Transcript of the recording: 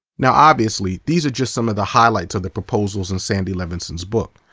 now, obviously these are just some of the highlights of the proposals and sandy levinson's book.